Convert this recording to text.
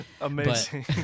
Amazing